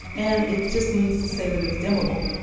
and it just needs to say that it's dimmable.